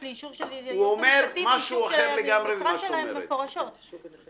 יש לי אישור של היועץ המשפטי מפורש של המשרד שלהם.